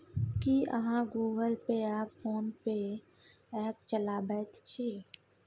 की अहाँ Google Pay आ PhonePe app चलाबैत छी?